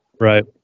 Right